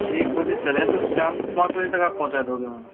एक बजे चलें तो शाम को पाँच बजे तक आप पहुँचा दोगे वहाँ